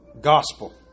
gospel